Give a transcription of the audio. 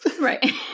right